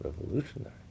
revolutionary